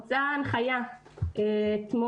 יצאה הנחיה אתמול,